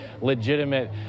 legitimate